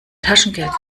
taschengeld